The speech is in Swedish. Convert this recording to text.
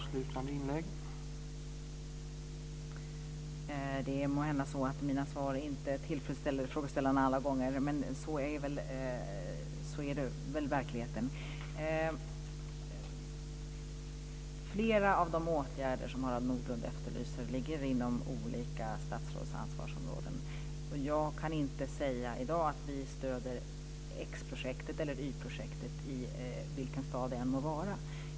Herr talman! Det är måhända så att mina svar inte är tillfredsställer frågeställaren alla gånger, men så är det i verkligheten. Flera av de åtgärder som Harald Nordlund efterlyser ligger inom olika statsråds ansvarsområden. Jag kan inte säga i dag att vi stödjer x-projektet eller yprojektet i vilken stad det än må vara.